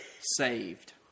saved